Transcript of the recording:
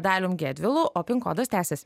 dalium gedvilu o pin kodas tęsiasi